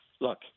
look